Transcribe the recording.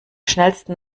schnellsten